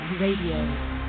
Radio